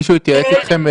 מישהו התייעץ אתכם,